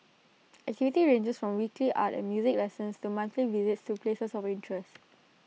activities ranges from weekly art and music lessons to monthly visits to places of interests